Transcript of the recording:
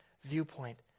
viewpoint